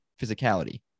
physicality